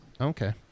Okay